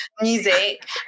music